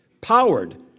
powered